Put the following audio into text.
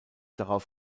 darauf